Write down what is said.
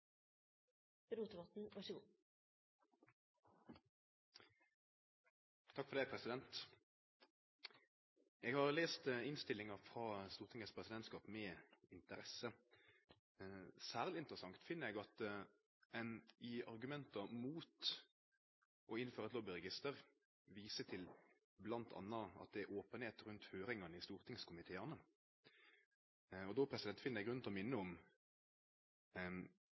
har lese innstillinga frå Stortingets presidentskap med interesse. Særleg interessant finn eg at ein i argumenta mot å innføre eit lobbyregister viser til bl.a. at det er openheit rundt høyringane i stortingskomiteane. Då finn eg grunn til å minne om